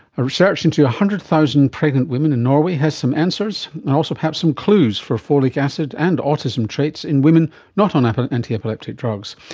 a research into one ah hundred thousand pregnant women in norway has some answers, and also perhaps some clues for folic acid and autism traits in women not on antiepileptic drugs.